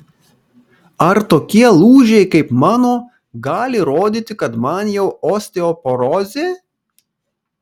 ar tokie lūžiai kaip mano gali rodyti kad man jau osteoporozė